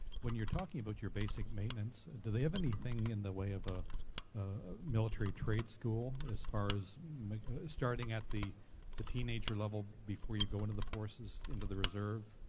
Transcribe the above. when you're talking about your basic maintenance, do they have anything in the way of ah ah military trade school as far as starting at the the teenager level, before you go into the forces, into the reserve.